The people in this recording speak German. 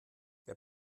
der